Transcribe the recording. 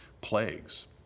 plagues